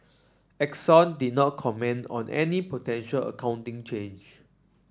Exxon did not comment on any potential accounting change